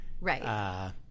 Right